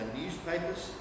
newspapers